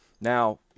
Now